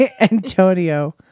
Antonio